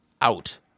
out